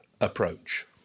approach